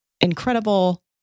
incredible